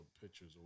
pictures